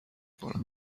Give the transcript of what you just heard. کنم